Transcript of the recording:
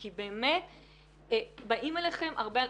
כי באמת באים אליכם הרבה אנשים.